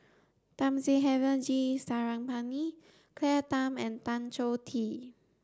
Thamizhavel G Sarangapani Claire Tham and Tan Choh Tee